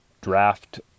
draft